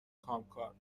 کامکار